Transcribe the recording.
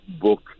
book